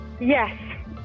Yes